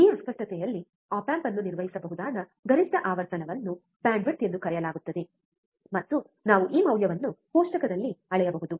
ಈ ಅಸ್ಪಷ್ಟತೆಯಲ್ಲಿ op amp ಅನ್ನು ನಿರ್ವಹಿಸಬಹುದಾದ ಗರಿಷ್ಠ ಆವರ್ತನವನ್ನು ಬ್ಯಾಂಡ್ವಿಡ್ತ್ ಎಂದು ಕರೆಯಲಾಗುತ್ತದೆ ಮತ್ತು ನಾವು ಈ ಮೌಲ್ಯವನ್ನು ಕೋಷ್ಟಕದಲ್ಲಿ ಅಳೆಯಬಹುದು